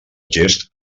gest